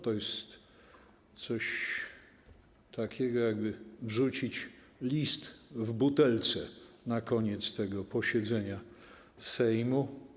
To jest coś takiego, jakby wrzucić list w butelce na koniec tego posiedzenia Sejmu.